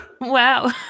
Wow